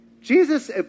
Jesus